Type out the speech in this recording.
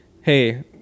hey